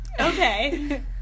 Okay